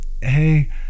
hey